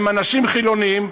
הם אנשים חילונים,